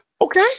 Okay